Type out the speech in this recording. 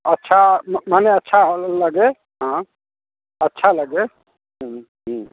अच्छा माने अच्छा हमें लगे हाँ अच्छा लगे